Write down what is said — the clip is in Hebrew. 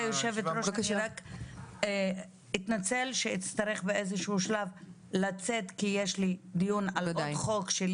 אני מתנצלת שאצטרך לצאת באיזשהו שלב כי יש לי דיון על עוד חוק שלי